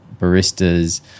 baristas